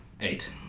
Eight